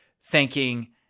thanking